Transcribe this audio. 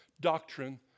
doctrine